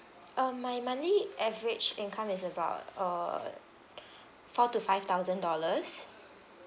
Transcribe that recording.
um my monthly average income is about uh four to five thousand dollars